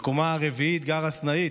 בקומה הרביעית גרה סנאית,